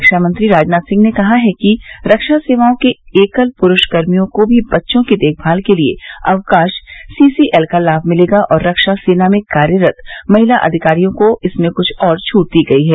रक्षा मंत्री राजनाथ सिंह ने कहा है कि रक्षा सेवाओं के एकल पुरूष कर्मियों को भी बच्चों की देखभाल के लिए अवकाश सीसीएल का लाभ मिलेगा और रक्षा सेना में कार्यरत महिला अधिकारियों को इसमें कुछ और छूट दी गई हैं